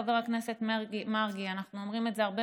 חבר הכנסת מרגי: אנחנו אומרים הרבה